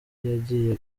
yagiye